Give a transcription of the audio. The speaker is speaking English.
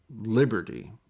liberty